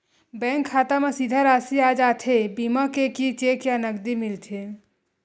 Bank खाता मा सीधा राशि आ जाथे बीमा के कि चेक या नकदी मिलथे?